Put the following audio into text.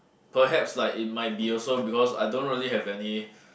perhaps like it might be also because I don't really have any